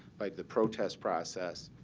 like the protest process,